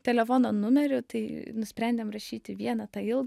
telefono numerių tai nusprendėm rašyti vieną tą ilgą